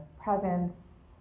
presence